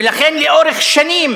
ולכן לאורך שנים